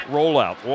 Rollout